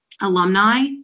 alumni